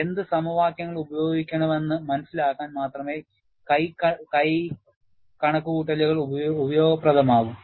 എന്ത് സമവാക്യങ്ങൾ ഉപയോഗിക്കണമെന്ന് മനസിലാക്കാൻ മാത്രമേ കൈ കണക്കുകൂട്ടലുകൾ ഉപയോഗപ്രദമാകൂ